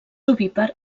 ovípar